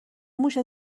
موش